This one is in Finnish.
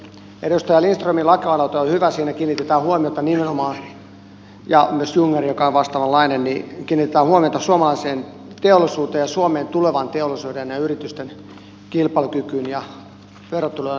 edustaja lindströmin lakialoite on hyvä ja myös edustaja jungnerin joka on vastaavanlainen siinä kiinnitetään huomiota nimenomaan suomalaiseen teollisuuteen ja suomeen tulevan teollisuuden ja yritysten kilpailukykyyn ja verotulojen kasvamiseen